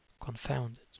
confounded